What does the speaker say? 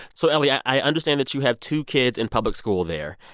so, ellie, yeah i understand that you have two kids in public school there.